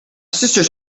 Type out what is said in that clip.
sisters